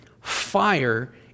fire